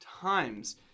times